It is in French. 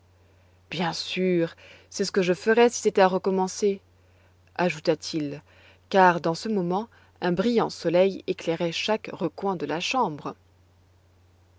rien sûr c'est ce que je ferais si c'était à recommencer ajouta-t-il car dans ce moment un brillant soleil éclairait chaque recoin de la chambre